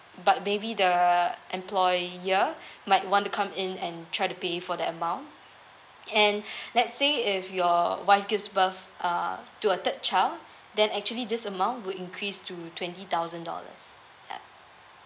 but maybe the employer might want to come in and try to pay for the amount and let's say if your wife gives birth uh to a third child then actually this amount would increase to twenty thousand dollars ya